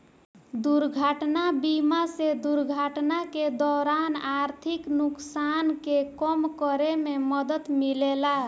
दुर्घटना बीमा से दुर्घटना के दौरान आर्थिक नुकसान के कम करे में मदद मिलेला